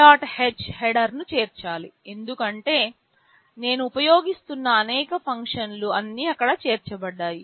h హెడర్ను చేర్చాలి ఎందుకంటే నేను ఉపయోగిస్తున్న అనేక ఫంక్షన్లు అన్నీ అక్కడ చేర్చబడ్డాయి